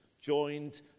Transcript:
joined